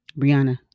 Brianna